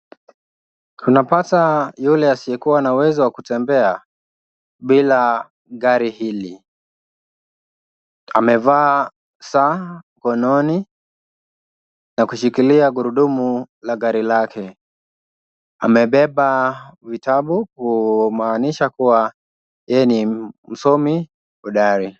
Unapata yule asiyekuwa na uwezo wa kutembea bila gari hili, amevaa saa mkononi na kushikilia gurudumu la gari lake. Amebeba vitabu kumaanisha kuwa yeye ni msomi hodari.